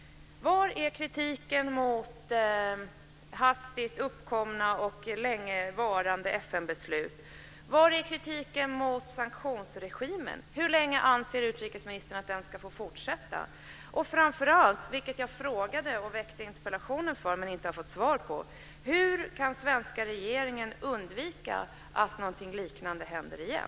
Var är kritiken mot hastigt uppkomna och länge varande FN-beslut? Var är kritiken mot sanktionsregimen? Hur länge anser utrikesministern att den ska få fortsätta? Och framför allt, vilket jag frågade och väckte interpellationen för men inte har fått svar på: Hur kan svenska regeringen undvika att någonting liknande händer igen?